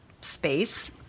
space